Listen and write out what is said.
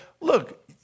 Look